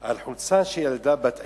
על חולצה של ילדה בת עשר".